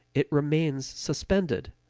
it remains suspended.